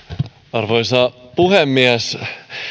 arvoisa puhemies